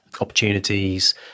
opportunities